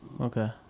Okay